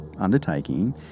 undertaking